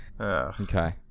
Okay